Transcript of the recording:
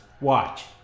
Watch